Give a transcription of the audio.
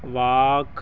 walk